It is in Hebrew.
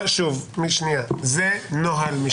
אז איך את קוראת לתהליך של --- זה נוהל משטרתי?